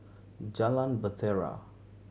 Jalan Bahtera